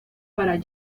para